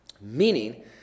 Meaning